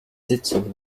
sitzung